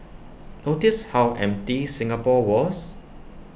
notice how empty Singapore was